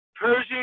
Persian